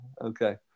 Okay